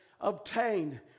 obtained